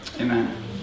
Amen